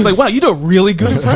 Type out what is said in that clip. like, wow, you don't really good